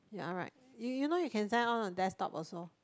yea alright you know you can send all on a desktop also